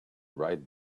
right